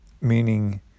meaning